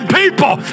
people